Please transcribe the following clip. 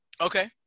okay